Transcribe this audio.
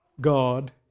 God